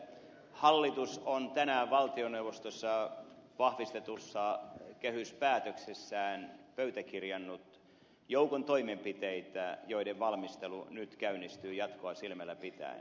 hallitus on tänään valtioneuvostossa vahvistetussa kehyspäätöksessään pöytäkirjannut joukon toimenpiteitä joiden valmistelu nyt käynnistyi jatkoa silmälläpitäen